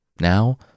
Now